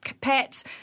pets